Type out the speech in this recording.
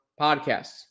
podcasts